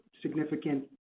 significant